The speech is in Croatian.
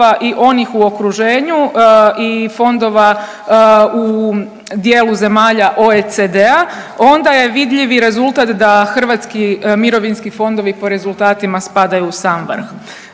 i onih u okruženju i fondova u dijelu zemalja OECD-a onda je vidljivi rezultat da hrvatski mirovinski fondovi po rezultatima spadaju u sam vrh.